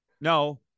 No